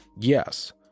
yes